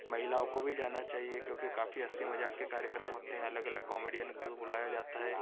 महिलाओं को भी जाना चाहिए क्योंकि काफी हँसी मजाक के कार्यक्रम होते हैं अलग अलग कॉमेडियन को भी बुलाया जाता है